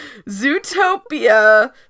Zootopia